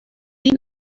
این